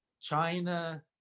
China